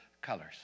colors